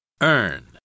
Earn